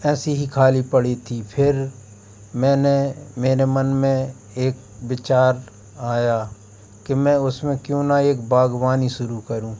ऐसे ही ख़ाली पड़ी थी फिर मैंने मेरे मन में एक विचार आया कि मैं उसमें क्यों ना एक बाग़बानी शुरू करूँ